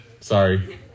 sorry